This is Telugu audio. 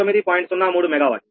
03 మెగావాట్